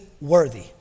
worthy